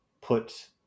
put